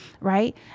right